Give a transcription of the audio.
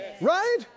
right